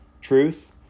truth